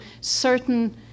certain